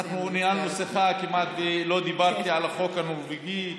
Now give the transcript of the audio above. אנחנו ניהלנו שיחה וכמעט לא דיברתי על החוק הנורבגי.